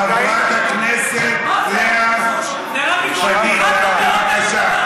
חברת הכנסת לאה פדידה, בבקשה.